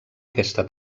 aquesta